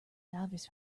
divers